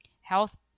health